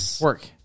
work